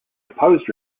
opposed